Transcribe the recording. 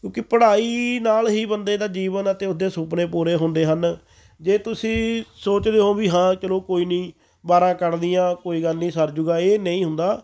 ਕਿਉਂਕਿ ਪੜ੍ਹਾਈ ਨਾਲ ਹੀ ਬੰਦੇ ਦਾ ਜੀਵਨ ਅਤੇ ਉਸਦੇ ਸੁਪਨੇ ਪੂਰੇ ਹੁੰਦੇ ਹਨ ਜੇ ਤੁਸੀਂ ਸੋਚਦੇ ਹੋ ਵੀ ਹਾਂ ਚਲੋ ਕੋਈ ਨਹੀਂ ਬਾਰ੍ਹਾਂ ਕਰਲੀਆਂ ਕੋਈ ਗੱਲ ਨਹੀਂ ਸਰ ਜੂਗਾ ਇਹ ਨਹੀਂ ਹੁੰਦਾ